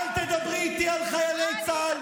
אל תדברי איתי על חיילי צה"ל,